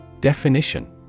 Definition